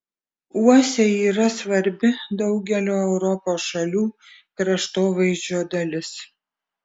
uosiai yra svarbi daugelio europos šalių kraštovaizdžio dalis